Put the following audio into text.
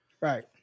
Right